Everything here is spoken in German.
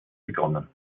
begonnen